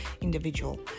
individual